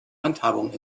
handhabung